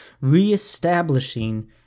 reestablishing